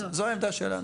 זו העמדה שלנו.